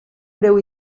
breu